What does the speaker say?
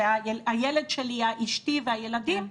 זה אשתי והילדים,